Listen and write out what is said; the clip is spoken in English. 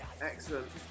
Excellent